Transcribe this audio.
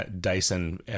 Dyson